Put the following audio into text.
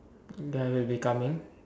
guy will be coming